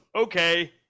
okay